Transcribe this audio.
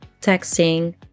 texting